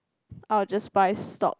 I will just buy stock